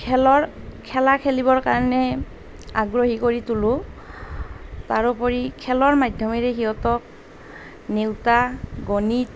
খেলৰ খেলা খেলিবৰ কাৰণে আগ্ৰহী কৰি তোলোঁ তাৰ ওপৰি খেলৰ মাধ্যমেৰে সিহঁতক নেওঁতা গণিত